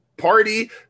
party